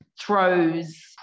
throws